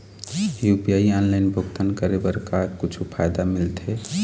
UPI online भुगतान करे बर का कुछू फायदा मिलथे?